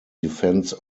defense